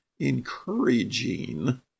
encouraging